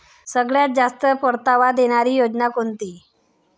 सगळ्यात जास्त परतावा देणारी योजना कोणती?